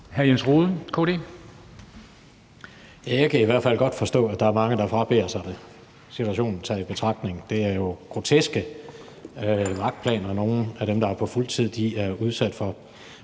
Jeg kan i hvert fald godt forstå, at der er mange, der frabeder sig det, situationen taget i betragtning. Det er jo groteske vagtplaner, som nogle af dem, der er på fuld tid, er udsat for.